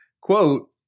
Quote